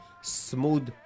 Smooth